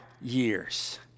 years